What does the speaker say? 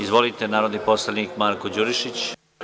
Izvolite, narodni poslanik Marko Đurišić.